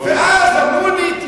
אמרו לי: